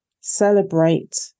celebrate